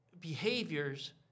behaviors